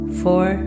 four